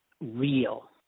real